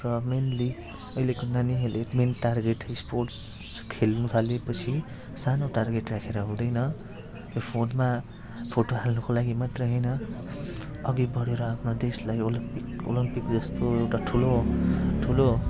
र मेनली अहिलेको नानीहरूले मेन टार्गेट स्पोट्स खेल्न थालेपछि सानो टार्गेट राखेर हुँदैन र फोनमा फोटो हाल्नुको लागि मात्रै होइन अघि बढेर आफ्नो देशलाई ओलम्पिक ओलम्पिक जस्तो एउटा ठुलो ठुलो